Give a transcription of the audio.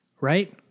Right